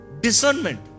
Discernment